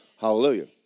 Hallelujah